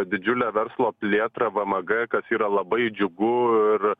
didžiulė verslo plėtra vmg kas yra labai džiugu ir